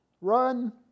run